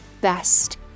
best